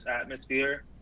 atmosphere